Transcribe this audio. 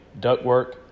ductwork